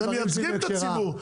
אתם מייצגים את הציבור,